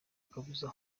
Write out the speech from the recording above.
kabuza